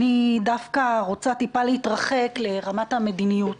אני דווקא רוצה טיפה להתרחק לרמת המדיניות.